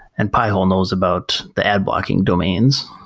and pi-hole knows about the ad blocking domains,